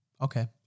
Okay